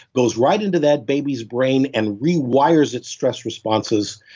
goes right into that baby's brain and rewires its stress responses,